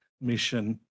mission